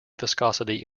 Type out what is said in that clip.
viscosity